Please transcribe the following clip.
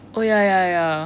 oh ya ya ya